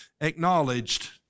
acknowledged